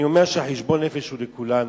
אני אומר שחשבון הנפש הוא לכולנו,